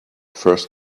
first